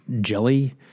jelly